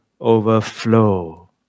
overflow